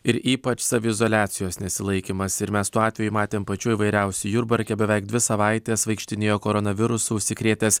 ir ypač saviizoliacijos nesilaikymas ir mes tų atvejų matėm pačių įvairiausių jurbarke beveik dvi savaites vaikštinėjo koronavirusu užsikrėtęs